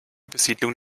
besiedlung